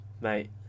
Mate